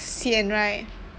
sian right